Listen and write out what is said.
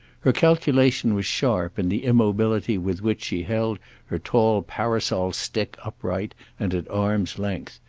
her calculation was sharp in the immobility with which she held her tall parasol-stick upright and at arm's length,